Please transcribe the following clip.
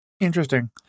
interesting